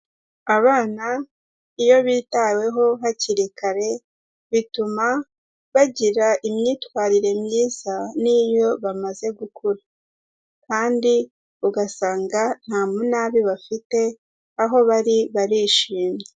Abana iyo bitaweho hakiri kare bituma bagira imyitwarire myiza n'iyo bamaze gukura kandi ugasanga nta munabi bafite aho bari barishimye.